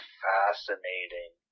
fascinating